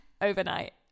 overnight